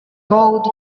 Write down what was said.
called